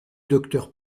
docteur